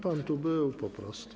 Pan tu był po prostu.